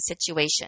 situation